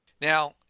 Now